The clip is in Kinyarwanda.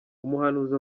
umuhanuzi